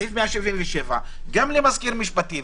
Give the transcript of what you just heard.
סעיף 177, גם למזכיר משפטי.